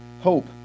Hope